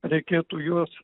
reikėtų juos